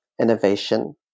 innovation